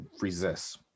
resists